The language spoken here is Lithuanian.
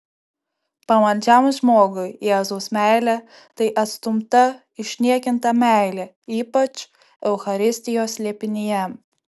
pamaldžiam žmogui jėzaus meilė tai atstumta išniekinta meilė ypač eucharistijos slėpinyje